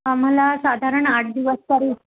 आम्हाला साधारण आठ दिवस तरी